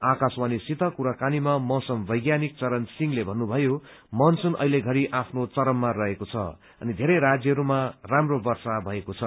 आकाशवाणीसित कुराकानीमा मौसम वैज्ञानिक चरण सिंहले भन्नुभयो मनसुन अहिले घरि आफ्नो चममा रहेको छ अनि वेरै राज्यहरूमा राम्रो वर्षा भएको छ